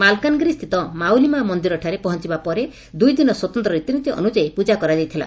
ମାଲକାନଗିରି ସ୍ତିତ ମାଉଲି ମା ମନ୍ଦିର ଠାରେ ପହଞ୍ଞିବା ପରେ ଦୁଇଦିନ ସ୍ୱତନ୍ତ ରୀତିନୀତି ଅନୁଯାୟୀ ପୂଜା କରା ଯାଇଥିଲା